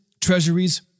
treasuries